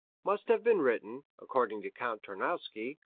must have been written, according to count tarnowski,